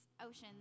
Oceans